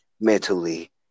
mentally